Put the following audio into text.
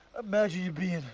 imagined you'd be